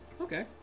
Okay